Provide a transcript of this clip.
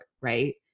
Right